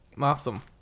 Awesome